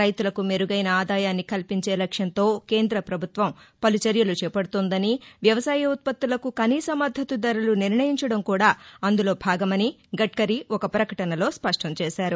రైతులకు మెరుగైన ఆదాయాన్ని కల్పించే లక్ష్మంతో కేంద్ర ప్రభుత్వం పలు చర్యలు చేపడుతోందని వ్యవసాయ ఉత్పత్తులకు కనీస మద్దకు ధరలు నిర్ణయించడం కూడా అందులో భాగమని గద్కరి ఒక ప్రకటనలో స్పష్టం చేశారు